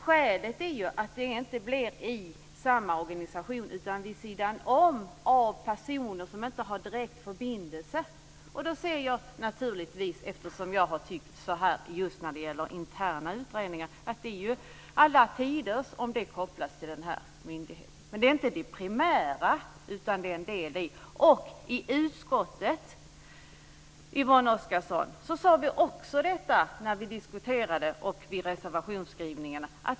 Skälet är ju att internutredningarna inte skulle ske av personer som har direkt förbindelse med samma organisation. Jag tycker att det vore alla tiders om internutredningarna kopplades till tillsynsmyndigheten. Men det är inte det primära, utan det är en del i det här. I utskottet, Yvonne Oscarsson, sade vi också detta när vi diskuterade. Det gjorde vi också vid reservationsskrivningarna.